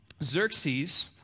Xerxes